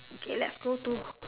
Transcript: okay let's go to